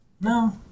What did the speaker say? No